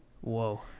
whoa